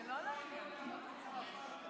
סדרנים, בבקשה להושיב את חברי הכנסת.